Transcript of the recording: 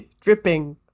Dripping